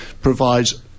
provides